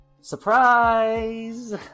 surprise